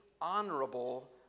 honorable